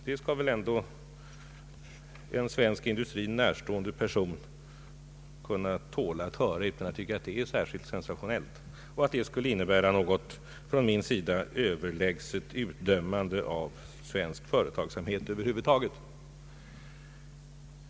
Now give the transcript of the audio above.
Det skall väl en svensk industri närstående person ändå tåla att höra utan att finna det särskilt sensatio nellt och utan att det skulle innebära nagot överlägset utdömande från min sida av svensk företagsamhet över huvud taget.